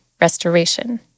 restoration